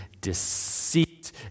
deceit